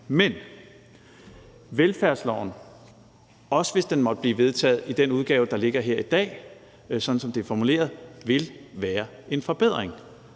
Men velfærdsloven – også hvis den måtte blive vedtaget, sådan som den er formuleret i den udgave, der ligger her i dag – vil være en forbedring.